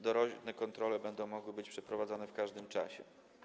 Doraźne kontrole będą mogły być przeprowadzone w każdym czasie.